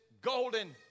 golden